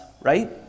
right